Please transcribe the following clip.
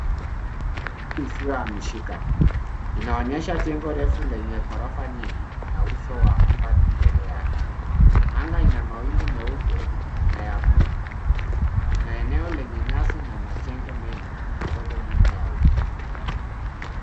Hii ni mali isiyohamishika. Inaonyesha jengo refu lenye ghorofa nyingi na uso wa mabati mbele yake. Anga ina mawingu meupe na ya blue . Kuna eneo lenye nyasi na majengo mengi madogo nyuma ya uso.